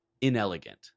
inelegant